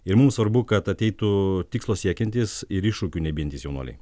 ir mum svarbu kad ateitų tikslo siekiantys ir iššūkių nebijantys jaunuoliai